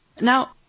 Now